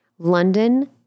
London